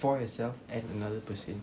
for yourself and another person